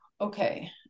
okay